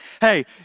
hey